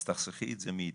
אז תחסכי את זה מאיתנו.